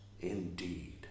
Indeed